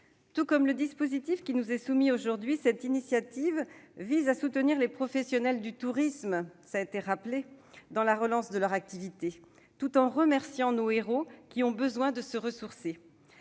Tout comme le dispositif qui nous est soumis aujourd'hui, cette initiative vise à soutenir les professionnels du tourisme dans la relance de leur activité, tout en remerciant nos héros qui ont besoin de se ressourcer.